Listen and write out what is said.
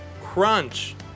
Crunch